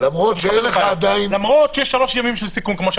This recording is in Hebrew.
למרות שיש עדיין יומיים של סיכון.